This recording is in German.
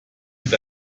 mit